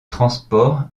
transports